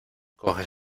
coges